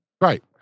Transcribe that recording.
Right